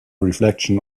reflection